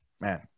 man